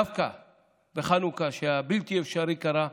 דווקא בחנוכה, כשהבלתי-אפשרי קרה,